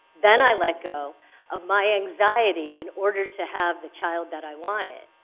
then, i let go of my anxiety in order to have the child that i wanted.